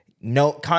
no